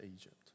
Egypt